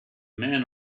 men